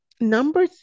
Number